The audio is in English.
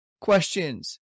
questions